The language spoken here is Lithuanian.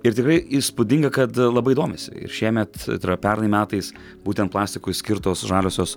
ir tikrai įspūdinga kad labai domisi ir šiemet tai yra pernai metais būtent plastikui skirtos žaliosios